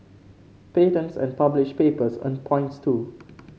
patents and published papers earn points too